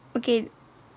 okay